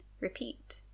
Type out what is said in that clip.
repeat